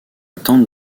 tente